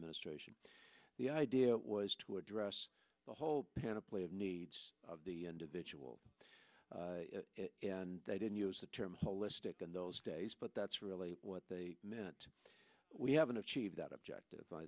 ministration the idea was to address the whole panoply of needs of the individual and they didn't use the term holistic in those days but that's really what they meant we haven't achieved that objective